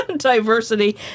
Diversity